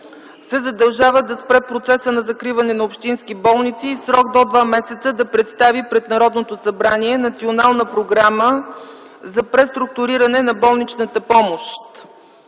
се задължава да спре процеса на закриване на общински болници и в срок до два месеца да представи пред Народното събрание Национална програма за преструктуриране на болничната помощ